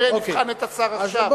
נבחן את השר עכשיו.